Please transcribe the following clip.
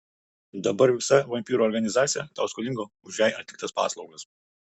dabar visa vampyrų organizacija tau skolinga už jai atliktas paslaugas